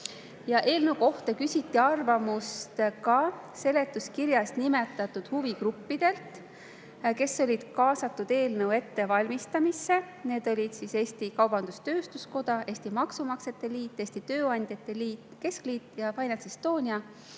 kohta küsiti arvamust seletuskirjas nimetatud huvigruppidelt, kes olid kaasatud eelnõu ettevalmistamisse. Need olid Eesti Kaubandus-Tööstuskoda, Eesti Maksumaksjate Liit, Eesti Tööandjate Keskliit ja Finance Estonia.